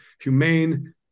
humane